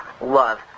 love